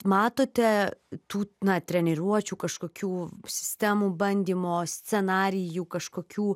matote tų na treniruočių kažkokių sistemų bandymo scenarijų kažkokių